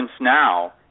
now